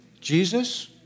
Jesus